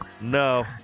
No